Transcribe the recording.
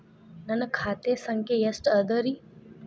ನನ್ನ ಖಾತೆ ಸಂಖ್ಯೆ ಎಷ್ಟ ಅದರಿ?